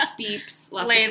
beeps